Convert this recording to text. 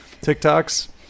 TikToks